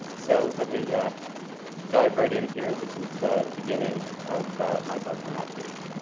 so let me dive right in here. this is the beginning of my book, the map thief.